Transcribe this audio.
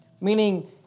meaning